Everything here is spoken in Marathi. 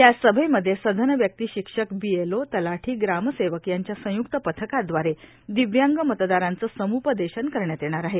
या सभेमध्ये सधनव्यक्ती शिक्षक बीएलओ तलाठो ग्रामसेवक यांच्या संयुक्त पथकादवारे दिव्यांग मतदारांचं समुपदेशन करण्यात येणार आहे